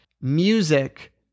music